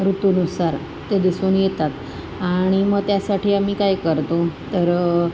ऋतूनुसार ते दिसून येतात आणि मग त्यासाठी आम्ही काय करतो तर